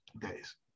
days